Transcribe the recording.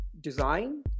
design